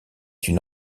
une